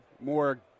More